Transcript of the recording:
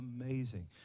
amazing